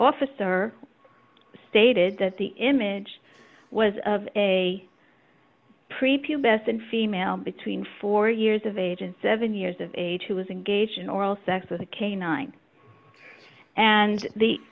officer stated that the image was of a prepaid best and female between four years of age and seven years of age who was engaged in oral sex with a canine and the